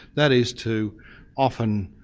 that is, to often